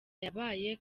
yabaye